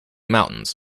mountains